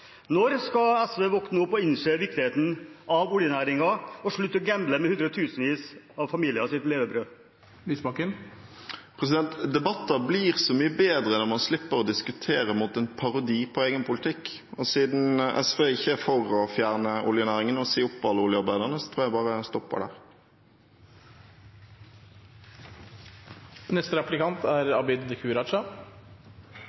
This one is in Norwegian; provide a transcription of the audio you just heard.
Når skal SV våkne opp og innse viktigheten av oljenæringen og slutte å gamble med hundretusenvis av familiers levebrød? Debatter blir så mye bedre når man slipper å diskutere mot en parodi på egen politikk. Og siden SV ikke er for å fjerne oljenæringen og si opp alle oljearbeiderne, tror jeg bare jeg stopper